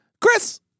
Chris